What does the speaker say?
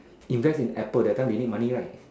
invest in apple that time they need money right